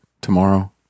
tomorrow